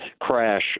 crash